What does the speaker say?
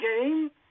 game